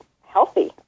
healthy